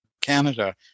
Canada